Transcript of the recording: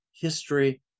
history